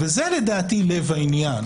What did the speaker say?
וזה לדעתי לב העניין.